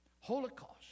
Holocaust